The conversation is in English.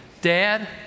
Dad